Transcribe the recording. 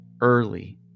early